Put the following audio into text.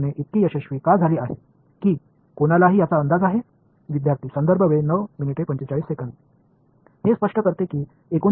மாணவர் 1900 இன் ஆரம்பத்தில் என்ன நடந்தது என்றால் ஒரு பெரிய சோதனையிலிருந்து தப்பியது என்பதை இது விளக்குகிறது